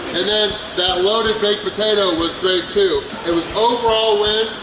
and then, that loaded baked potato was great too. it was overall win,